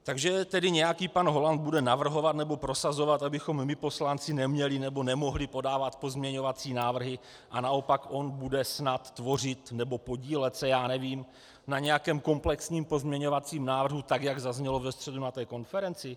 Takže tedy nějaký pan Holan bude navrhovat nebo prosazovat, abychom my poslanci neměli nebo nemohli podávat pozměňovací návrhy, a naopak on bude snad tvořit, nebo podílet se, já nevím, na nějakém komplexním pozměňovacím návrhu, tak jak zaznělo ve středu na konferenci?